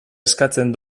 eskatzen